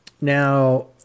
Now